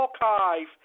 archive